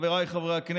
חבריי חברי הכנסת,